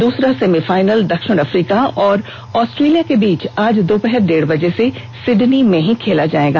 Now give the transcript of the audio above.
द्सरा सेमीफाइनल दक्षिण अफ्रीका और ऑस्ट्र्रलिया के बीच आज दोपहर डेढ बजे से ॅसिडनी में ही खेला जाएगा